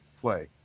play